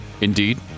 indeed